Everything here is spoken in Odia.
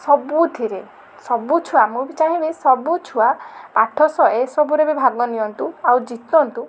ସବୁଥିରେ ସବୁ ଛୁଆ ମୁଁ ବି ଚାହିଁବି ସବୁ ଛୁଆ ପାଠ ସହ ଏସବୁ ରେ ବି ଭାଗ ନିଅନ୍ତୁ ଆଉ ଜିତନ୍ତୁ